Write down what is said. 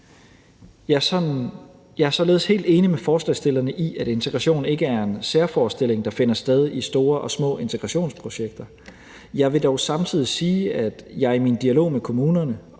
Jeg er således helt enig med forslagsstillerne i, at integration ikke er en særforestilling, der finder sted i store og små integrationsprojekter. Jeg vil dog samtidig sige, at jeg i min dialog med kommunerne